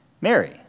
Mary